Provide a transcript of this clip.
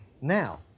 Now